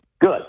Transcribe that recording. good